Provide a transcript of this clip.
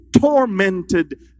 tormented